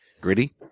gritty